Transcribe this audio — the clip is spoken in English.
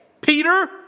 Peter